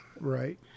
right